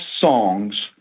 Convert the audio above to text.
songs